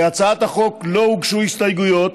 להצעת החוק לא הוגשו הסתייגויות,